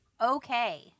Okay